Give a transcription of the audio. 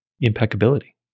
impeccability